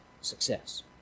success